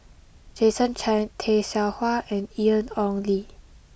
Jason Chan Tay Seow Huah and Ian Ong Li